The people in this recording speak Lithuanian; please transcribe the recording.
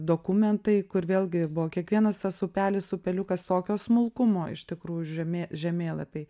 dokumentai kur vėlgi buvo kiekvienas tas upelis upeliukas tokio smulkumo iš tikrųjų žemė žemėlapiai